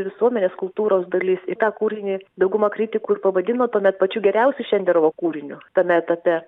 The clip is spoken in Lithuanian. visuomenės kultūros dalis į tą kūrinį dauguma kritikų ir pavadino tuomet pačiu geriausiu šenderovo kūriniu tame etape